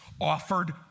offered